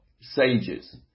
sages